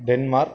Denmark